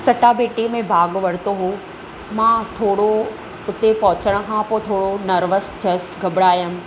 चटाभेटीअ में भाॻु वरितो हुओ मां थोरो हुते पहुचण खां पोइ थोरो नर्वसि थियसि घॿिरायमि